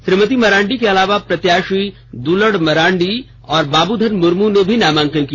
श्रीमती मरांडी के अलावा प्रत्यासी दुलड मरांडी और बाबुधन मुर्मू ने भी नामांकन किया